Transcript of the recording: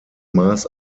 maß